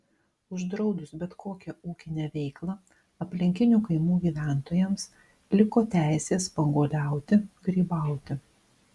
uždraudus bet kokią ūkinę veiklą aplinkinių kaimų gyventojams liko teisė spanguoliauti grybauti